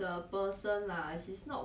I don't know eh